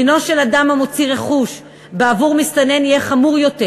דינו של אדם המוציא רכוש בעבור מסתנן יהיה חמור יותר,